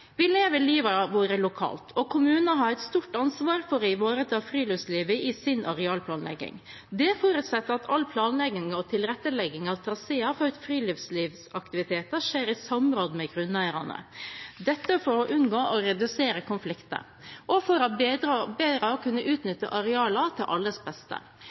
Vi lever livene våre lokalt, og kommuner har et stort ansvar for å ivareta friluftslivet i sin arealplanlegging. Det forutsetter at all planlegging og tilrettelegging av traseer for friluftslivsaktiviteter skjer i samråd med grunneierne – dette for å unngå og redusere konflikter og for bedre å kunne utnytte arealene til alles beste.